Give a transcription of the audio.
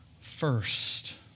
first